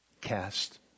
cast